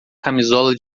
camisola